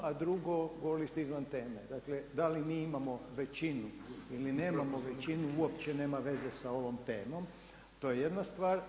A drugo, govorili ste izvan teme, dakle da li mi imamo većinu ili nemamo većinu uopće nema veze sa ovom temom, to je jedna stvar.